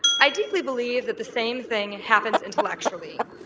i deeply believe that the same thing happens intellectually.